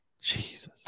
Jesus